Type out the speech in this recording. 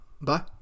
Bye